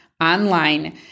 online